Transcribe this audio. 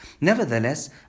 Nevertheless